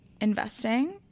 investing